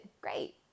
great